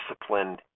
disciplined